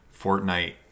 Fortnite